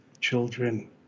children